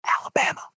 Alabama